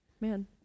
Man